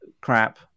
crap